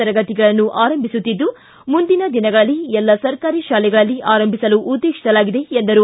ತರಗತಿಗಳನ್ನು ಆರಂಭಿಸುತ್ತಿದ್ದು ಮುಂದಿನ ದಿನಗಳಲ್ಲಿ ಎಲ್ಲ ಸರ್ಕಾರಿ ಶಾಲೆಗಳಲ್ಲಿ ಆರಂಭಿಸಲು ಉದ್ದೇಶಿಸಲಾಗಿದೆ ಎಂದರು